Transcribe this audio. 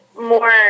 more